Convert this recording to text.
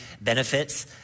benefits